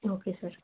okay sir